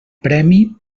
premi